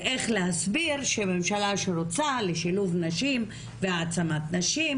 איך להסביר שממלה שרוצה לשילוב נשים והעצמת נשים,